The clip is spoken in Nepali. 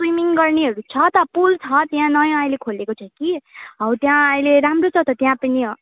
स्विमिङ गर्नेहरू छ त पुल छ त्यहाँ नयाँ अहिले खोलेको छ कि हौ त्यहाँ अहिले राम्रो छ त त्यहाँ पनि